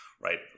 Right